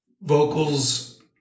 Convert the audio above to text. vocals